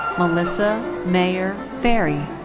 melissa mayer fairey.